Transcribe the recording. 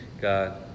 God